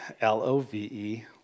L-O-V-E